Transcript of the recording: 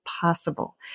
possible